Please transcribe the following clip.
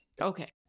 Okay